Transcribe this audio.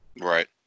Right